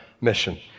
mission